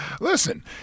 Listen